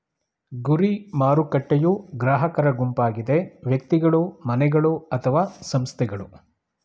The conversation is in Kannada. ಗುರಿ ಮಾರುಕಟ್ಟೆಯೂ ಗ್ರಾಹಕರ ಗುಂಪಾಗಿದೆ ವ್ಯಕ್ತಿಗಳು, ಮನೆಗಳು ಅಥವಾ ಸಂಸ್ಥೆಗಳು